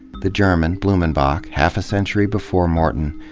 the german, blumenbach, half a century before morton,